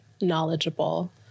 knowledgeable